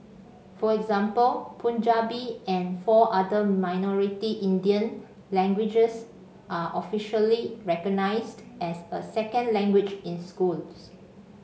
for example Punjabi and four other minority Indian languages are officially recognised as a second language in schools